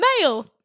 mail